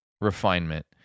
refinement